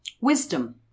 Wisdom